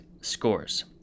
scores